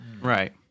Right